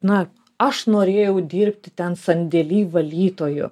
na aš norėjau dirbti ten sandėly valytoju